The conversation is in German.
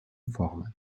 formen